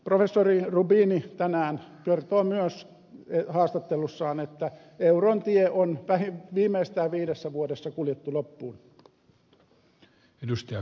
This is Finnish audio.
professori roubini tänään kertoi myös haastattelussaan että euron tie on viimeistään viidessä vuodessa kuljettu loppuun